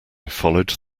followed